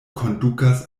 kondukas